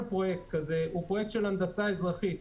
פרויקט כזה הוא פרויקט של הנדסה אזרחית.